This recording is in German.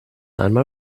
einmal